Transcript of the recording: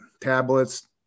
tablets